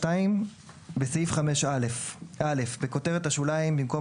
בסעיף 5א - בכותרת השוליים, במקום